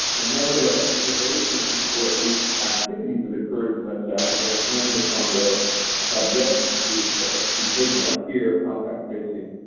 a number of innovations or at least activities that occurred in west africa and the congo have yet to be taken up here. contact tracing